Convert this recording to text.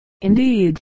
Indeed